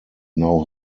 now